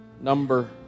number